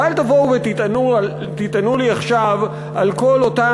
ואל תבואו ותטענו לי עכשיו על כל אותם